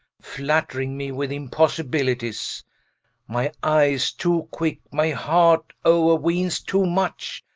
flattering me with impossibilities my eyes too quicke, my heart o're-weenes too much,